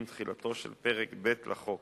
עם תחילתו של פרק ב' לחוק.